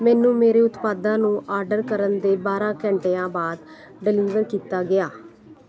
ਮੈਨੂੰ ਮੇਰੇ ਉਤਪਾਦਾਂ ਨੂੰ ਆਰਡਰ ਕਰਨ ਦੇ ਬਾਰ੍ਹਾਂ ਘੰਟਿਆਂ ਬਾਅਦ ਡਿਲੀਵਰ ਕੀਤਾ ਗਿਆ